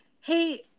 Hey